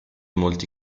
molti